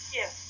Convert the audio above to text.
Yes